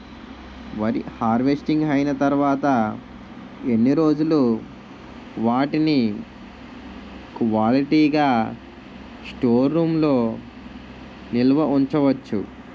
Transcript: వరి హార్వెస్టింగ్ అయినా తరువత ఎన్ని రోజులు వాటిని క్వాలిటీ గ స్టోర్ రూమ్ లొ నిల్వ ఉంచ వచ్చు?